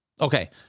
Okay